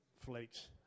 Flakes